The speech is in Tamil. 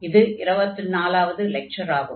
இது 24 வது லெக்சர் ஆகும்